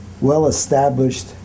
well-established